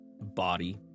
body